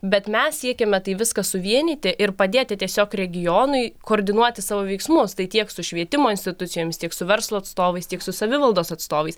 bet mes siekiame tai viską suvienyti ir padėti tiesiog regionui koordinuoti savo veiksmus tai tiek su švietimo institucijomis tiek su verslo atstovais tiek su savivaldos atstovais